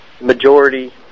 majority